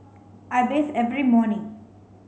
I bathe every morning